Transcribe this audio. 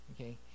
okay